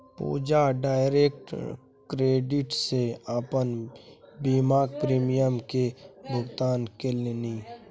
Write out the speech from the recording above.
पूजा direct debit सँ अपन बीमाक प्रीमियम केर भुगतान केलनि